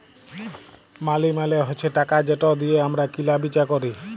মালি মালে হছে টাকা যেট দিঁয়ে আমরা কিলা বিচা ক্যরি